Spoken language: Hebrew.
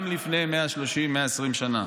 גם לפני 120 130 שנה.